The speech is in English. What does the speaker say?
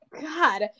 God